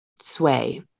Sway